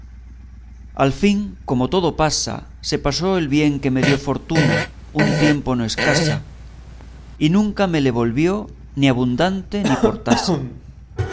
al fin como todo pasa se pasó el bien que me dio fortuna un tiempo no escasa y nunca me le volvió ni abundante ni por tasa